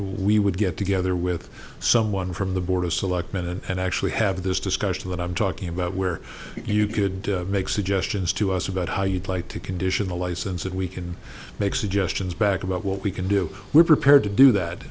we would get together with someone from the board of selectmen and actually have this discussion that i'm talking about where you could make suggestions to us about how you'd like to condition the license and we can make suggestions back about what we can do we're prepared to do that